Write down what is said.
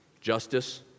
Justice